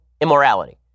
immorality